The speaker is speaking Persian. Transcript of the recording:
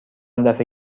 دفه